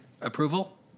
approval